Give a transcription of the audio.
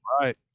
Right